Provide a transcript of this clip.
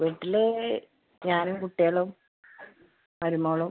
വീട്ടിൽ ഞാനും കുട്ട്യേളും മരുമോളും